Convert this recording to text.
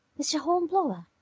mr. hornblower!